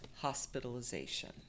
hospitalization